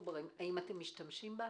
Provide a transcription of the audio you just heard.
האם אתם משתמשים בה?